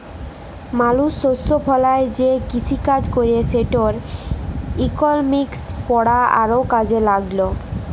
মালুস শস্য ফলায় যে কিসিকাজ ক্যরে সেটর ইকলমিক্স পড়া আরও কাজে ল্যাগল